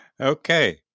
Okay